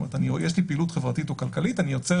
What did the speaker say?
יש לי פעילות כלכלית או חברתית ואני יוצר